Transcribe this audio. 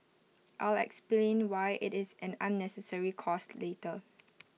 I'll explain why IT is an unnecessary cost later